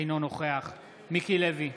אינו נוכח מיקי לוי,